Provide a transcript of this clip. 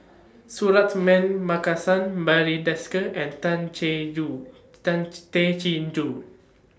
Suratman Markasan Barry Desker and Tan Chin Joo Tay Chin Joo